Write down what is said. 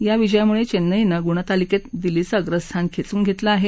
या विजयामुळे चेन्नईनं गुणतालिकेत दिल्लीचं अप्रस्थान खेचून घेतलं आहे